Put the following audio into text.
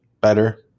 Better